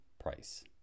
price